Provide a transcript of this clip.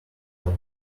all